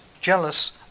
jealous